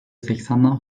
seksenden